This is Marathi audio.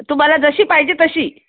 तुम्हाला जशी पाहिजे तशी